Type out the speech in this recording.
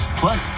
plus